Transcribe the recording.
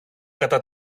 κατά